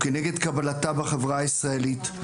וכנגד קבלתה בחברה הישראלית,